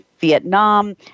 Vietnam